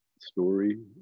story